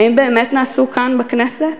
האם באמת נעשו כאן בכנסת